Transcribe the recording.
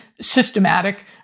systematic